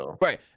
Right